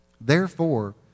therefore